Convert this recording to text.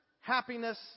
happiness